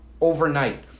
overnight